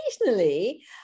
Occasionally